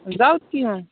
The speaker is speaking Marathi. जाऊ की हा